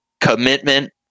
commitment